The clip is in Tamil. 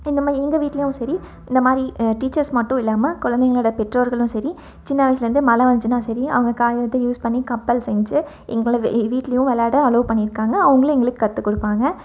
இந்த மாதிரி எங்கள் வீட்லேயும் சரி இந்த மாதிரி டீச்சர்ஸ் மட்டும் இல்லாமல் குழந்தைங்களோட பெற்றோர்களும் சரி சின்ன வயசுலேருந்தே மழை வந்துச்சுன்னா சரி அவங்க காகித்தை யூஸ் பண்ணி கப்பல் செஞ்சு எங்களை வீட்லேயும் விளாட அலோவ் பண்ணியிருக்காங்க அவங்களும் எங்களுக்கு கற்று கொடுப்பாங்க